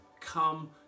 Come